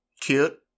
Cute